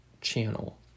channel